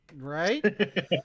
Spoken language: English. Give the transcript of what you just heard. right